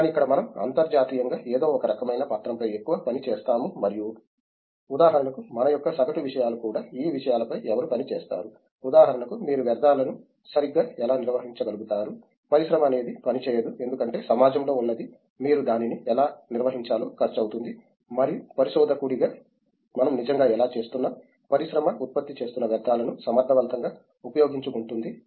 కానీ ఇక్కడ మనం అంతర్జాతీయంగా ఏదో ఒక రకమైన పత్రంపై ఎక్కువ పని చేస్తాము మరియు ఉదాహరణకు మన యొక్క సగటు విషయాలు కూడా ఈ విషయాలపై ఎవరు పని చేస్తారు ఉదాహరణకు మీరు వ్యర్థాలను సరిగ్గా ఎలా నిర్వహించగలుగుతారు పరిశ్రమ అనేది పనిచేయదు ఎందుకంటే సమాజంలో ఉన్నది మీరు దానిని ఎలా నిర్వహించాలో ఖర్చు అవుతుంది మరియు పరిశోధకుడిగా మనం నిజంగా ఎలా చూస్తున్నాం పరిశ్రమ ఉత్పత్తి చేస్తున్న వ్యర్థాలను సమర్థవంతంగా ఉపయోగించుకుంటుంది